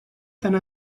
tant